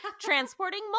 transporting